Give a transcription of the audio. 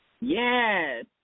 Yes